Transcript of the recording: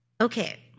Okay